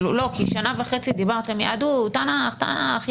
לא, כי שנה וחצי דיברתם: יהדות, תנ"ך, תנ"ך.